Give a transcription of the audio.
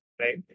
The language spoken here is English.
right